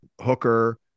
Hooker